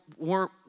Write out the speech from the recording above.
more